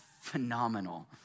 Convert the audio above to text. phenomenal